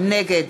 נגד